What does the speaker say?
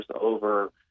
over